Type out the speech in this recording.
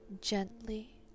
gently